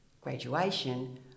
graduation